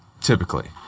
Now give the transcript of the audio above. Typically